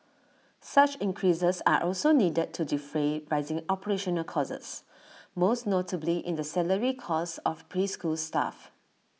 such increases are also needed to defray rising operational costs most notably in the salary costs of preschool staff